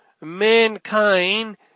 mankind